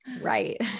Right